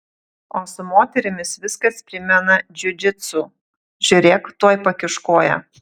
o su moterimis viskas primena džiudžitsu žiūrėk tuoj pakiš koją